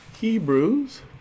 Hebrews